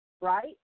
right